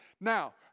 Now